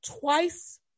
twice